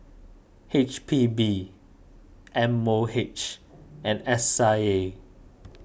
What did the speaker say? H P B M O H and S I A